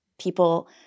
people